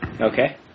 Okay